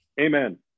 amen